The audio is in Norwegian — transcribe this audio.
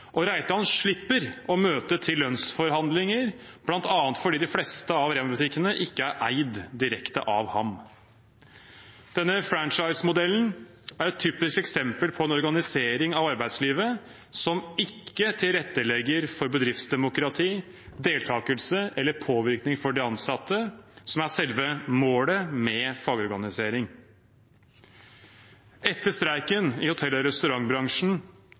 verdiene. Reitan slipper å møte til lønnsforhandlinger, bl.a. fordi de fleste av Rema-butikkene ikke er eid direkte av ham. Denne franchise-modellen er et typisk eksempel på en organisering av arbeidslivet som ikke tilrettelegger for bedriftsdemokrati, deltakelse eller påvirkning for de ansatte, noe som er selve målet med fagorganisering. Etter streiken i hotell- og restaurantbransjen